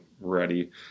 ready